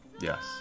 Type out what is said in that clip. Yes